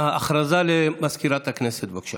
הודעה למזכירת הכנסת,